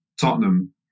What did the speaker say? tottenham